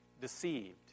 deceived